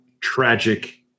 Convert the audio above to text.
tragic